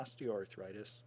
osteoarthritis